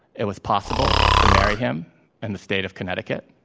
it was possible to marry him in the state of connecticut.